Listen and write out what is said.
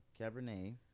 cabernet